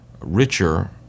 richer